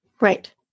Right